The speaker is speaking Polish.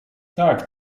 tak